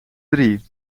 drie